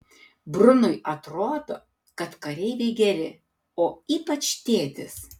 brunui atrodo kad kareiviai geri o ypač tėtis